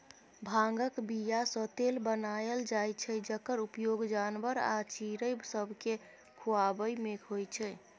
भांगक बीयासँ तेल बनाएल जाइ छै जकर उपयोग जानबर आ चिड़ैं सबकेँ खुआबैमे होइ छै